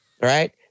right